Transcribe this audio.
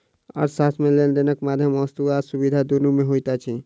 अर्थशास्त्र मे लेन देनक माध्यम वस्तु आ सुविधा दुनू मे होइत अछि